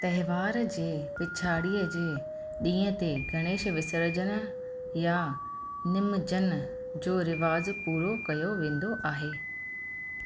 त्योहार जे पिछाड़ीअ जे ॾींहुं ते गणेश विसर्जनु या निमजन जो रिवाज़ पूरो कयो वेंदो आहे